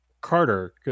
Carter